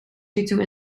hiertoe